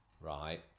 Right